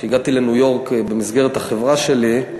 כשהגעתי לניו-יורק במסגרת החברה שלי,